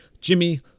Jimmy